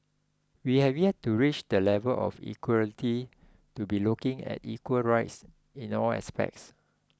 we have yet to reach the level of equality to be looking at equal rights in all aspects